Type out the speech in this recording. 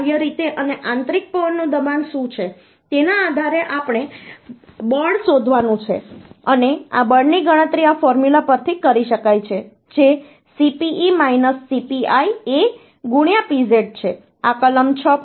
બાહ્ય રીતે અને આંતરિક પવનનું દબાણ શું છે તેના આધારે આપણે બળ શોધવાનું છે અને આ બળની ગણતરી આ ફોર્મ્યુલા પરથી કરી શકાય છે જે Cpe minus Cpi A pz છે આ કલમ 6